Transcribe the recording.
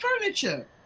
furniture